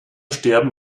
sterben